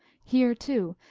here, too,